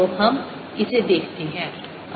तो हम इसे देखते हैं